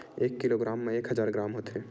एक किलोग्राम मा एक हजार ग्राम होथे